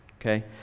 okay